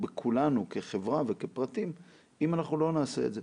בכולנו כחברה וכפרטים אם אנחנו לא נעשה את זה.